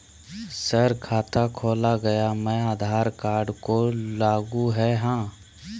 Sir खाता खोला गया मैं आधार कार्ड को लागू है हां?